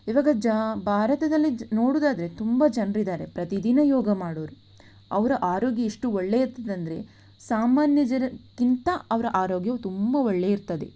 ಈವಾಗ ಜ ಭಾರತದಲ್ಲಿ ನೋಡುವುದಾದ್ರೆ ತುಂಬ ಜನರಿದ್ದಾರೆ ಪ್ರತಿ ದಿನ ಯೋಗ ಮಾಡೋವ್ರು ಅವರ ಆರೋಗ್ಯ ಎಷ್ಟು ಒಳ್ಳೇ ಇರ್ತದೆಂದರೆ ಸಾಮಾನ್ಯ ಜನಕ್ಕಿಂತ ಅವರ ಆರೋಗ್ಯ ತುಂಬ ಒಳ್ಳೆ ಇರ್ತದೆ